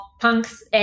punks